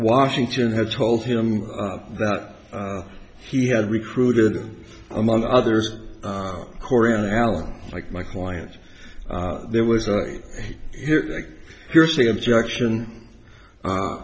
washington had told him that he had recruited among others korean allies like my client there was a fiercely objection